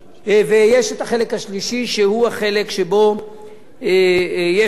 ויש החלק השלישי שהוא החלק שבו יש עמותות